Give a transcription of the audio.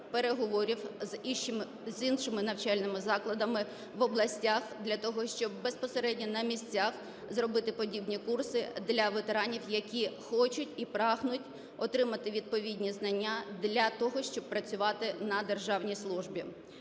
переговорів з іншими навчальними закладами в областях для того, щоб безпосередньо на місцях зробити подібні курси для ветеранів, які хочуть і прагнуть отримати відповідні знання для того, щоб працювати на державній службі.